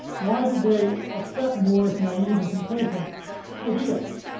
why did they accept moore's naive and complacent ideas?